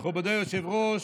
מכובדי היושב-ראש,